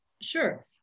Sure